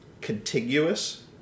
contiguous